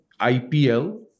IPL